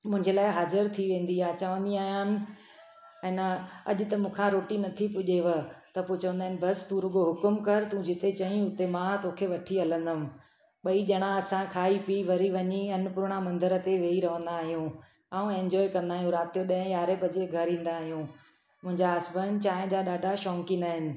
मुंहिंजे लाइ हाज़िर थी वेंदी आहे चवंदी आहियां ऐं न अॼु त मूंखां रोटी नथी पुजेव त पोइ चवंदा आहिनि बसि तू रगो हुक़ुमु कर तू जिते चईं हुते मां तोखे वठी हलंदुमि ब्ई ॼणा असां खाई पी वरी वञी अन्नपुर्णा मंदर ते वेही रहंदा आहियूं ऐं इंजॉय कंदा आहियूं राति जो ॾह यारेहं बजे घरु ईंदा आहियूं मुंहिंजा हस्बैंड चाहिं जा ॾाढा शौक़ीन आहिनि